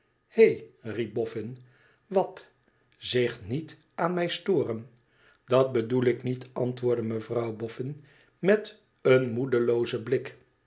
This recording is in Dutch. riep boffin wat zich niet aan mij storen dat bedoel ik niet antwoordde mevrouw boffin met een moedeloozen blik